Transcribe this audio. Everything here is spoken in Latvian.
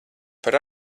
par